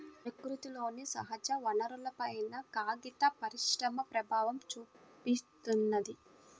ప్రకృతిలోని సహజవనరులపైన కాగిత పరిశ్రమ ప్రభావం చూపిత్తున్నది